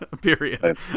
period